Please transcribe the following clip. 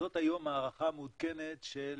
זאת היום ההערכה המעודכנת של